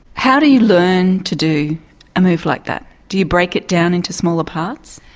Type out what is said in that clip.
how do you learn to do a move like that, do you break it down into smaller parts?